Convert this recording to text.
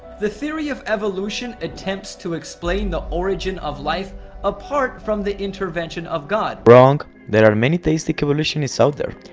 the theory of evolution attempts to explain the origin of life apart from the intervention of god wrong, there are many theistic evolutionists out there,